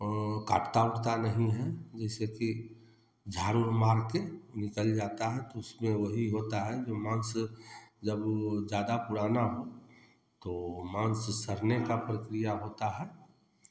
काटता उटता नहीं है जैसे कि झाड़ उड़ मारके निकल जाता है तो उसमें वही होता है जो मांस जब वो ज़्यादा पुराना हो तो मांस सड़ने का प्रक्रिया होता है